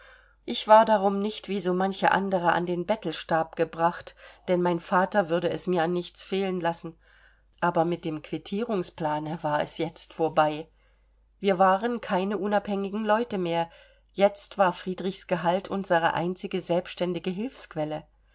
ich war darum nicht wie so manche andere an den bettelstab gebracht denn mein vater würde es mir an nichts fehlen lassen aber mit dem quittierungsplane war es jetzt vorbei wir waren keine unabhängigen leute mehr jetzt war friedrichs gehalt unsere einzige selbständige